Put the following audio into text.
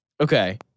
Okay